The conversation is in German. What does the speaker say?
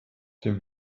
dem